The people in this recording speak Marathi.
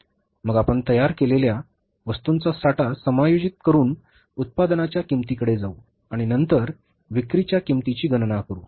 मग आपण तयार झालेल्या वस्तूंचा साठा समायोजित करून उत्पादनाच्या किंमतीकडे जाऊ आणि नंतर विक्रीच्या किंमतीची गणना करू